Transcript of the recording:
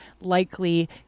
likely